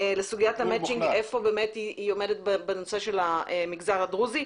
איפה היא עומדת בנושא של המגזר הדרוזי.